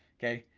okay?